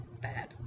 bad